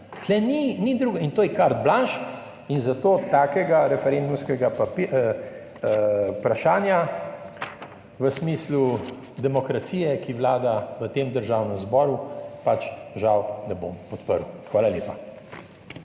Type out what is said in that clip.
In to je carte blanche in zato takega referendumskega vprašanja v smislu demokracije, ki vlada v tem državnem zboru, žal pač ne bom podprl. Hvala lepa.